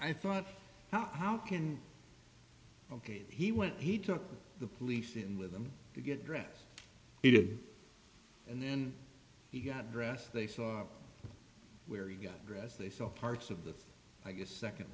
i thought how can ok he went he took the police in with him to get dressed he did and then he got dressed they saw where he got dressed they saw parts of the i guess second